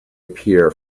appear